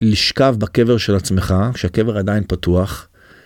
לשכב בקבר של עצמך כשהקבר עדיין פתוח.